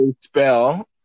spell